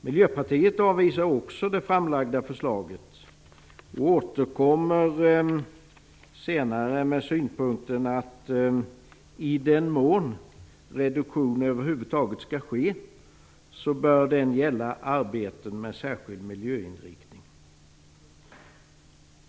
Miljöpartiet avvisar också det framlagda förslaget och återkommer senare med synpunkten att reduktionen, i den mån den över huvud taget skall ske, bör gälla arbeten med särskild miljöinriktning.